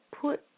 put